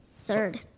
Third